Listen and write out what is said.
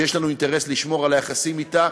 שיש לנו אינטרס לשמור על היחסים אתה,